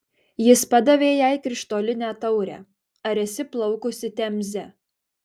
jis padavė jai krištolinę taurę ar esi plaukusi temze